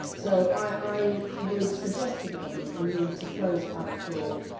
so, i would suggest to the government that we need to close aberthaw